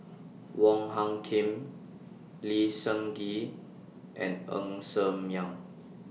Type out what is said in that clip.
Wong Hung Khim Lee Seng Gee and Ng Ser Miang